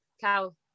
Cow